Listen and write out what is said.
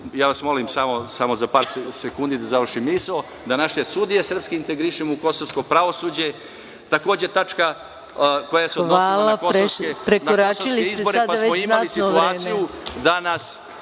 … molim samo za par sekundi da završim misao, da naše sudije srpske integrišemo u kosovsko pravosuđe. Takođe, tačka koja se odnosi na kosovske izbore pa smo imali… **Maja